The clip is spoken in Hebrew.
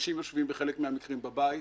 אנשים יושבים בחלק מן המקרים בבית,